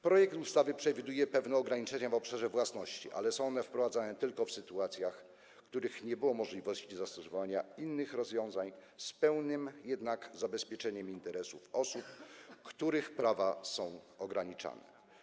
Projekt ustawy przewiduje pewne ograniczenia w obszarze własności, ale są one wprowadzane tylko w sytuacjach, w których nie było możliwości zastosowania innych rozwiązań, z pełnym jednak zabezpieczeniem interesów osób, których prawa są ograniczane.